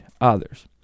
others